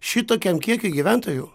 šitokiam kiekiui gyventojų